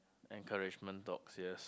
encouragement talks yes